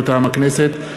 מטעם הכנסת,